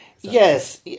yes